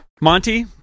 Monty